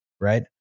Right